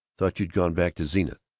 thought you'd gone back to zenith.